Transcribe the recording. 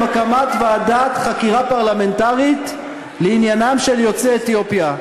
הקמת ועדת חקירה פרלמנטרית לעניינם של יוצאי אתיופיה.